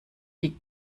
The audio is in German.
die